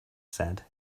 said